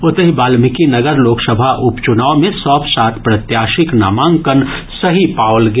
ओतहि वाल्मीकिनगर लोक सभा उपचुनाव मे सभ सात प्रत्याशीक नामांकन सही पाओल गेल